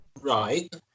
Right